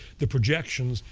the projections,